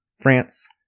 France